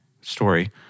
Story